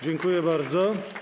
Dziękuję bardzo.